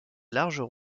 larges